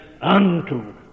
unto